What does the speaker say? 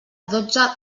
dotze